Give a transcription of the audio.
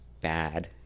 bad